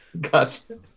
Gotcha